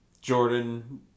Jordan